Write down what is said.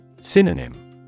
Synonym